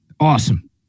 awesome